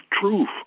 truth